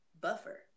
buffer